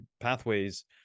pathways